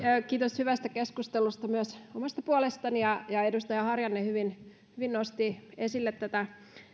kiitos hyvästä keskustelusta myös omasta puolestani edustaja harjanne hyvin hyvin nosti esille tätä